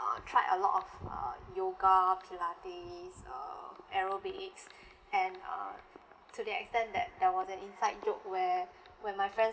uh try a lot of uh yoga pilates uh aerobics and uh to the extent that there was an inside joke where where my friends